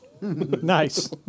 Nice